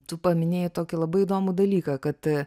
tu paminėjai tokį labai įdomų dalyką kad